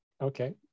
Okay